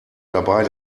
dabei